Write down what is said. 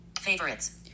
Favorites